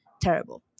terrible